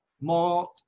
more